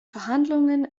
verhandlungen